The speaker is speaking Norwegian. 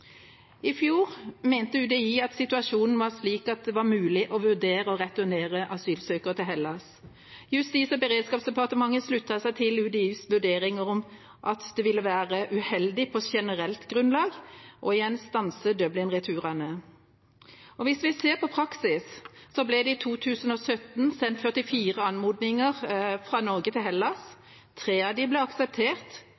I fjor mente UDI at situasjonen var slik at det var mulig å vurdere å returnere asylsøkere til Hellas. Justis- og beredskapsdepartementet sluttet seg til UDIs vurderinger av at det ville være uheldig på generelt grunnlag igjen å stanse Dublin-returene. Hvis vi ser på praksis, ble det i 2017 sendt 44 anmodninger fra Norge til